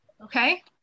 Okay